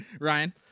Ryan